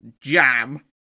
jam